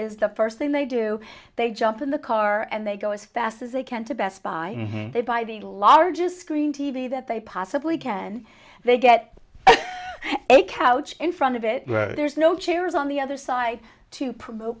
is the first thing they do they jump in the car and they go as fast as they can to best buy and they buy the largest screen t v that they possibly can they get a couch in front of it there's no chairs on the other side to pro